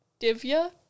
Divya